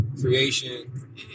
creation